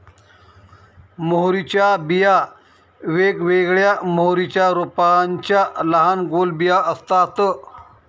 मोहरीच्या बिया वेगवेगळ्या मोहरीच्या रोपांच्या लहान गोल बिया असतात